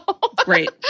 Great